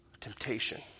Temptation